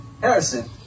Harrison